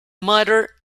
mutter